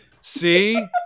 See